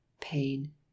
pain